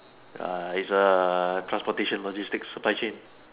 ya it's a transportation logistics supply chain